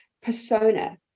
persona